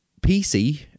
PC